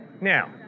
Now